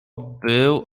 był